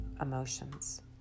emotions